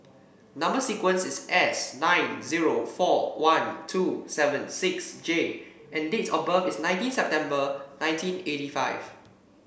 number sequence is S nine zero four one two seven six J and date of birth is nineteen September nineteen eighty five